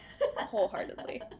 wholeheartedly